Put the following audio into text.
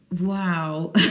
Wow